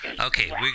Okay